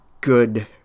good